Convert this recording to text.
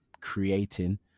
creating